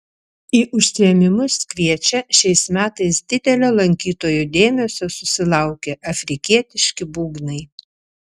į užsiėmimus kviečia šiais metais didelio lankytojų dėmesio susilaukę afrikietiški būgnai